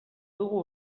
dugu